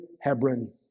Hebron